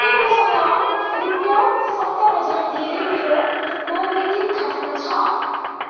के मसँग रुपियाँ सत्तर हजार धेरै मेरो मोबिक्विक खातामा छ